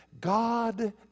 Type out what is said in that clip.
God